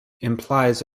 implies